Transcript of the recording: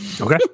Okay